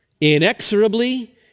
inexorably